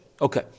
Okay